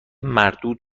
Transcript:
مردود